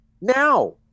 Now